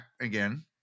again